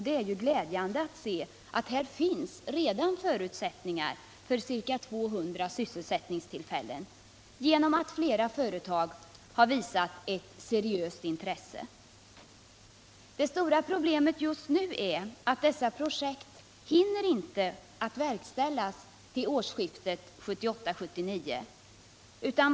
Det är glädjande att se att det redan nu finns möjligheter att skapa ca 200 sysselsättningstillfällen, därför att Mera företag har visat ett seriöst intresse. Det stora problemet just nu är att dessa projekt inte hinner genomföras till årsskiftet 1978-1979.